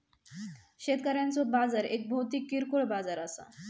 शेतकऱ्यांचो बाजार एक भौतिक किरकोळ बाजार असा